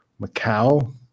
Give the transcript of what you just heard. Macau